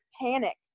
panic